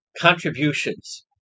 contributions